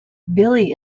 billie